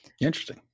Interesting